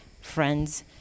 friends